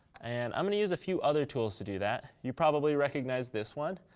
and i'm going to use a few other tools to do that. you probably recognize this one.